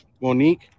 monique